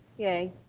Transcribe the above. yea.